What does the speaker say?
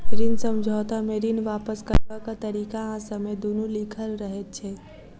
ऋण समझौता मे ऋण वापस करबाक तरीका आ समय दुनू लिखल रहैत छै